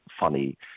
funny